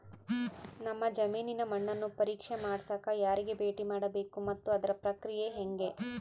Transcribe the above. ನಮ್ಮ ಜಮೇನಿನ ಮಣ್ಣನ್ನು ಪರೇಕ್ಷೆ ಮಾಡ್ಸಕ ಯಾರಿಗೆ ಭೇಟಿ ಮಾಡಬೇಕು ಮತ್ತು ಅದರ ಪ್ರಕ್ರಿಯೆ ಹೆಂಗೆ?